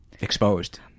Exposed